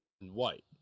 White